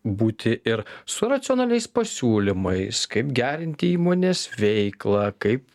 būti ir su racionaliais pasiūlymais kaip gerinti įmonės veiklą kaip